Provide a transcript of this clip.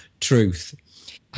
truth